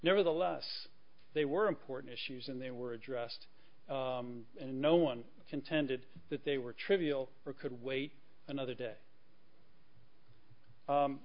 nevertheless they were important issues and they were addressed and no one contended that they were trivial or could wait another day